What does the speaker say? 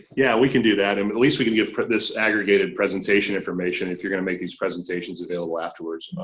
yeah we can do that and but at least we can get this aggregated presentation information if you're gonna make these presentations available afterwards